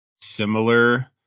similar –